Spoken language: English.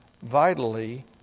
vitally